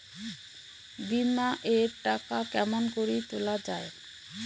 বিমা এর টাকা কেমন করি তুলা য়ায়?